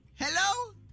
Hello